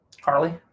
Carly